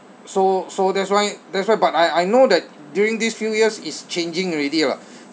so so that's why that's why but I I know that during these few years it's changing already lah